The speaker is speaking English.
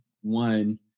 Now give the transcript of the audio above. one